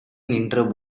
நின்ற